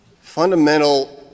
fundamental